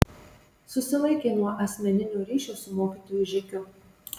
susilaikė nuo asmeninio ryšio su mokytoju žekiu